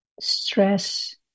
stress